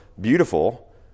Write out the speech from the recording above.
beautiful